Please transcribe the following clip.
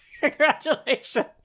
Congratulations